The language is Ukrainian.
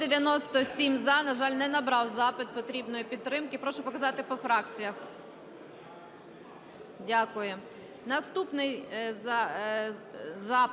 За-197 На жаль, не набрав запит потрібної підтримки. Прошу показати по фракціях. Дякую.